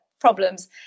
problems